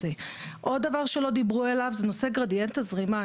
עוד דבר שלא דיברו עליו, זה נושא גרדיאנט הזרימה.